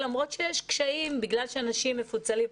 למרות שיש קשיים בגלל שאנשים מפוצלים.